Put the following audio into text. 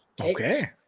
okay